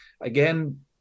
again